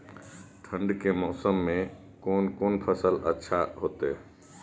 ठंड के मौसम में कोन कोन फसल अच्छा होते?